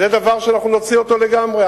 זה דבר שאנחנו נוציא לגמרי.